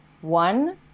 one